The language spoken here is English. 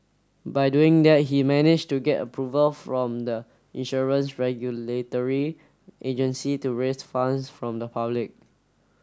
by doing that he managed to get approval from the insurance regulatory agency to raise funds from the public